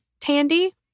Tandy